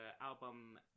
album